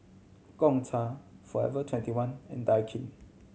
Gongcha Forever Twenty one and Daikin